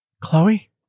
Chloe